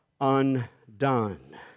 undone